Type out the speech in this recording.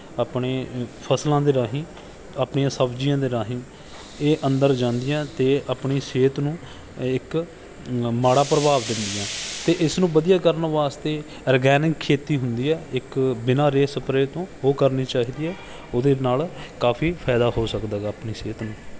ਆਪਣੇ ਫਸਲਾਂ ਦੇ ਰਾਹੀਂ ਆਪਣੀਆਂ ਸਬਜ਼ੀਆਂ ਦੇ ਰਾਹੀਂ ਇਹ ਅੰਦਰ ਜਾਂਦੀਆਂ ਅਤੇ ਆਪਣੀ ਸਿਹਤ ਨੂੰ ਇੱਕ ਮਾੜਾ ਪ੍ਰਭਾਵ ਦਿੰਦੀਆਂ ਅਤੇ ਇਸ ਨੂੰ ਵਧੀਆ ਕਰਨ ਵਾਸਤੇ ਓਰਗੈਨਿਕ ਖੇਤੀ ਹੁੰਦੀ ਹੈ ਇੱਕ ਬਿਨਾਂ ਰੇਹ ਸਪਰੇ ਤੋਂ ਉਹ ਕਰਨੀ ਚਾਹੀਦੀ ਹੈ ਉਹਦੇ ਨਾਲ ਕਾਫੀ ਫਾਇਦਾ ਹੋ ਸਕਦਾ ਗਾ ਆਪਣੀ ਸਿਹਤ ਨੂੰ